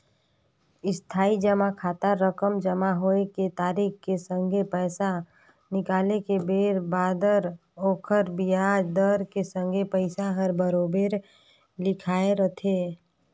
इस्थाई जमा खाता रकम जमा होए के तारिख के संघे पैसा निकाले के बेर बादर ओखर बियाज दर के संघे पइसा हर बराबेर लिखाए रथें